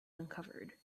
uncovered